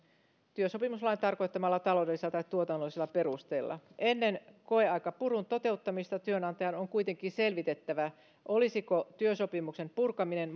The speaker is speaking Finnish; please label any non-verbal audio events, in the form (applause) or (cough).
työsopimuslain tarkoittamalla taloudellisella tai tuotannollisella perusteella ennen koeaikapurun toteuttamista työnantajan on kuitenkin selvitettävä olisiko työsopimuksen purkaminen (unintelligible)